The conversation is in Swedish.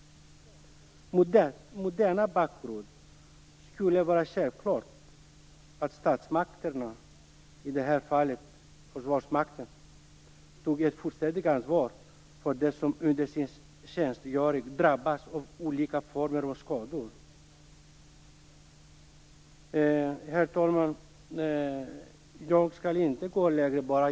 Mot denna bakgrund borde det vara självklart att statsmakterna, i det här fallet försvarsmakten, tar ett fullständigt ansvar för dem som drabbas av olika former av skador under sin tjänstgöring. Herr talman! Jag skall inte gå längre.